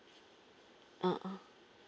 (uh huh)